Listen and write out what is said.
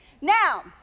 Now